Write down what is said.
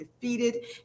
defeated